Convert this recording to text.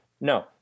No